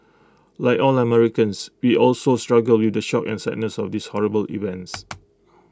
like all Americans we also struggle with the shock and sadness of these horrible events